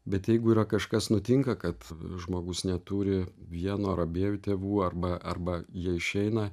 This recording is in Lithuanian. bet jeigu yra kažkas nutinka kad žmogus neturi vieno ar abiejų tėvų arba arba jie išeina